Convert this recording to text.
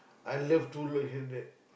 I love to look at that